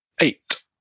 Eight